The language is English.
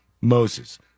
Moses